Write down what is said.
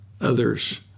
Others